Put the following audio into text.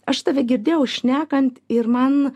aš tave girdėjau šnekant ir man